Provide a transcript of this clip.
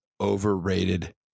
overrated